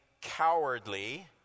cowardly